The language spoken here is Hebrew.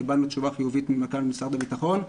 קיבלנו תשובה חיובית ממנכ"ל משרד הבטחון,